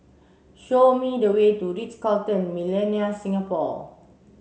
show me the way to The Ritz Carlton Millenia Singapore